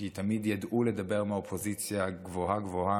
כי תמיד ידעו לדבר מהאופוזיציה גבוהה-גבוהה,